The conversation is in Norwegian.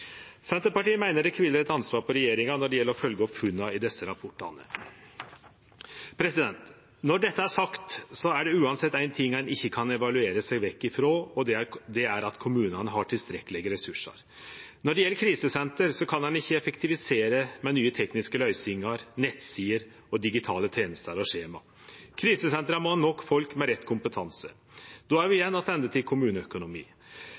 Senterpartiet meiner det kviler eit ansvar på regjeringa når det gjeld å følgje opp funna i desse rapportane. Når dette er sagt, er det uansett ein ting ein ikkje kan evaluere seg vekk ifrå – det er at kommunane har tilstrekkeleg med ressursar. Når det gjeld krisesenter, kan ein ikkje effektivisere med nye tekniske løysingar, nettsider og digitale tenester og skjema. Krisesentra må ha nok folk med rett kompetanse. Då er vi